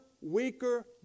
weaker